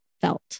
felt